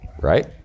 right